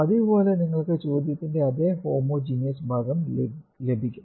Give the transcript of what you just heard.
പതിവുപോലെ നിങ്ങൾക്ക് ചോദ്യത്തിന്റെ അതേ ഹോമോജിനിയസ് ഭാഗം ലഭിക്കും